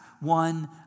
one